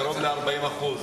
קרוב ל-40%.